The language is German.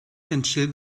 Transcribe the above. ventil